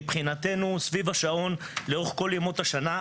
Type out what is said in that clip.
מבחינתנו הוא סביב השעון לאורך כל ימות השנה.